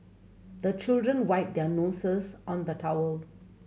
the children wipe their noses on the towel